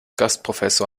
gastprofessor